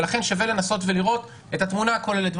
ולכן שווה לנסות ולראות את התמונה הכוללת.